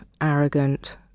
arrogant